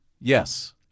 Yes